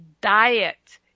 diet